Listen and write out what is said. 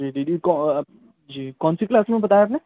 جی دی دی جی کون سی کلاس میں بتایا آپ نے